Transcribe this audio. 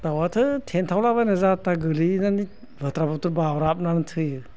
दाउआथ' थेन्थावला बायना जाहा थाहा गोग्लैनानै बाद्राद बुद्रुद बाब्राबनानै थैयो